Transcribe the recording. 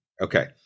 Okay